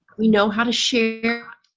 we know how to share.